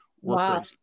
wow